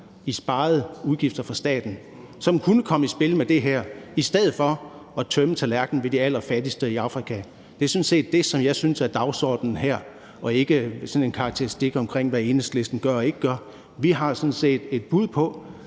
i sparede udgifter for staten, som kunne komme i spil med det her, i stedet for at tømme tallerkenen ved de allerfattigste i Afrika. Det er sådan set det, som jeg synes er dagsordenen her og ikke sådan en karakteristik af, hvad Enhedslisten gør og ikke gør. Vi har sådan set et bud på,